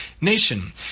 nation